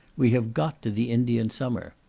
we have got to the indian summer.